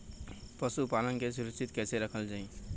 पशुपालन के सुरक्षित कैसे रखल जाई?